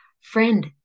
friend